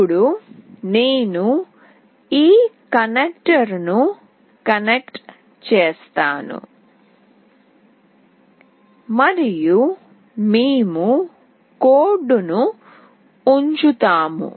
ఇప్పుడు నేను ఈ కనెక్టర్ను కనెక్ట్ చేస్తాను మరియు మేము కోడ్ ను ఉంచుతాము